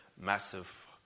Massive